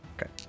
Okay